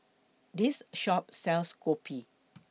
This Shop sells Kopi